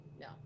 No